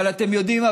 אבל אתם יודעים מה?